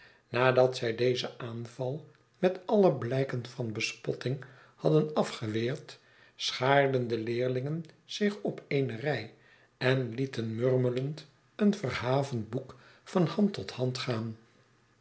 nadat zij dezen aanval met alle biijken van bespotting hadden afgeweerd schaarden de leerlingen zich op eene rij en lieten murmelend een verhavend boek van hand tot hand gaan